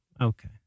Okay